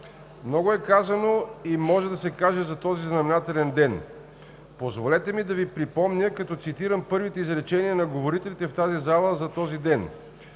Много е казано и може да се каже за този знаменателен ден. Позволете ми да Ви припомня, като цитирам първите изречения на говорителите в тази зала за този ден.